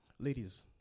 Ladies